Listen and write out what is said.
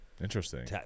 interesting